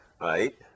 right